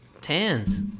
tans